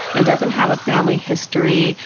and doesn't have a family history,